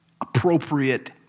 appropriate